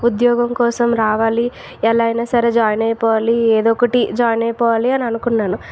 ఉద్యోగం కోసం రావాలి ఎలాగైనా సరే జాయిన్ అయిపోవాలి ఏదోకటి జాయిన్ అయిపోవాలి అని అనుకున్నాను